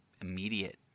immediate